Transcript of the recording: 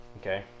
Okay